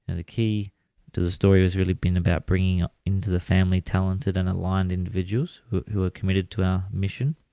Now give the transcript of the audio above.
and the key to the story has really been about bringing up into the family talented and aligned individuals who who are committed to our mission.